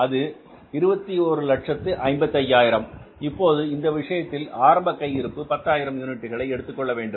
அது 2155000 இப்போது இந்த விஷயத்தில் ஆரம்ப கையிருப்பு 10000 யூனிட்டுகளை எடுத்துக்கொள்ள வேண்டும்